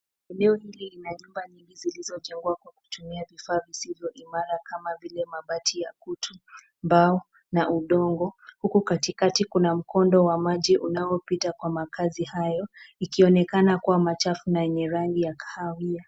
Eneo hili lina nyumba nyingi zilizojengwa kwa kutumia vifaa visivyo imara kama vile mabati ya kutu, mbao na udongo, huku katikati kuna mkondo wa maji unaopita kwa makazi hayo, ikionekana kuwa machafu na yenye rangi ya kahawia.